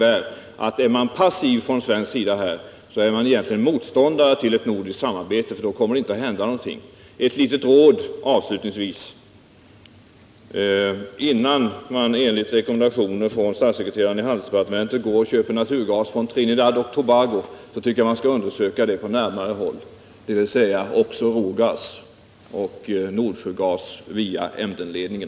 Är man passiv från svensk sida, är man egentligen motståndare till ett nordiskt samarbete, för då kommer det inte att hända någonting. Ett litet råd avslutningsvis. Innan man enligt rekommendationer från statssekreteraren i handelsdepartementet köper naturgas från Trinidad och Tobago, tycker jag att man skulle undersöka möjligheterna på närmare håll, dvs. Ruhrgas och Nordsjögas via Emdenledningen.